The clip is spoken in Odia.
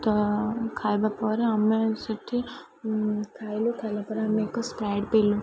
ତ ଖାଇବା ପରେ ଆମେ ସେଠି ଖାଇଲୁ ଖାଇଲା ପରେ ଆମେ ଏକ ସ୍ପ୍ରାଇଟ୍ ପିଇଲୁ